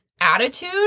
attitude